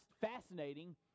fascinating